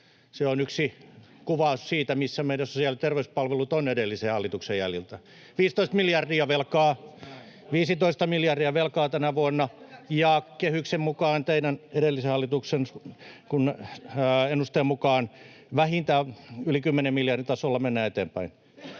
Se on yksi kuvaus siitä, missä meidän sosiaali‑ ja terveyspalvelut ovat edellisen hallituksen jäljiltä. 15 miljardia velkaa... 15 miljardia velkaa tänä vuonna, [Anneli Kiljusen välihuuto] ja kehyksen mukaan teidän, edellisen hallituksen ennusteen mukaan vähintään yli 10 miljardin tasolla mennään eteenpäin.